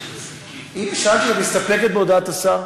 הנה, שאלתי, האם את מסתפקת בהודעת השר?